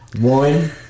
one